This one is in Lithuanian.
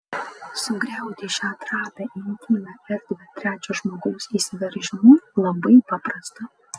sugriauti šią trapią intymią erdvę trečio žmogaus įsiveržimu labai paprasta